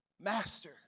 Master